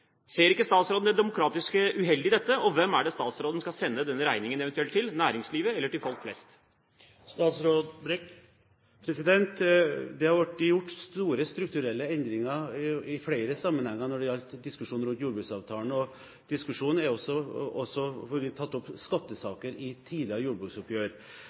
Ser ikke statsråden det demokratisk uheldige i dette? Og hvem er det statsråden eventuelt skal sende denne regningen til – til næringslivet eller til folk flest? Det har blitt gjort store strukturelle endringer i flere sammenhenger når det gjelder jordbruksavtalen. I diskusjonen har man også tatt opp skattesaker i tidligere jordbruksoppgjør.